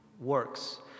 works